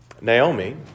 Naomi